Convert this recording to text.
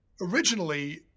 originally